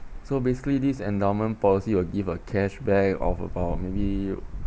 so basically this endowment policy will give a cashback of about maybe